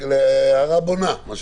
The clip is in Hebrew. הערה בונה.